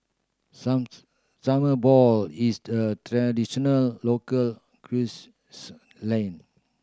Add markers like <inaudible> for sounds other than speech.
<unintelligible> summer ball is the a traditional local <unintelligible>